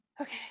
okay